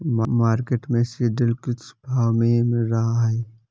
Market में सीद्रिल किस भाव में मिल रहा है?